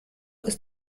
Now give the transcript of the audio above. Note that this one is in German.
ist